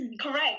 Correct